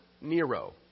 Nero